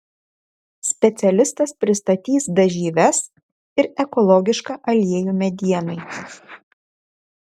specialistas pristatys dažyves ir ekologišką aliejų medienai